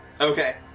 Okay